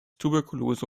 tuberkulose